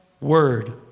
Word